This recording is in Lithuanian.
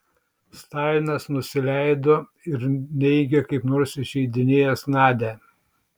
stalinas nusileido ir neigė kaip nors įžeidinėjęs nadią